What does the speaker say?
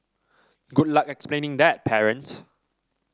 good luck explaining that parents